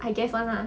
I guess [one] lah